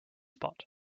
spot